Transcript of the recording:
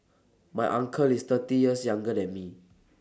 my uncle is thirty years younger than me